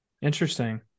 Interesting